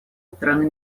стороны